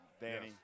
Danny